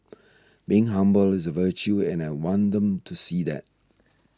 being humble is a virtue and I want them to see that